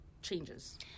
changes